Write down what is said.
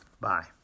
Bye